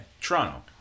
Toronto